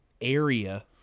area